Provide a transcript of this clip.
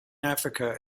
africa